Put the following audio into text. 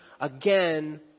again